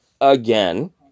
again